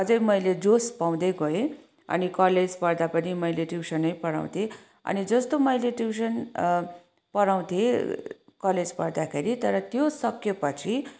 अझै मैले जोस पाउँदै गएँ अनि कलेज पढ्दा पनि मैले ट्युसनै पढाउँथेँ अनि जस्तो मैले ट्युसन पढाउँथेँ कलेज पढ्दाखेरि तर त्यो सकेपछि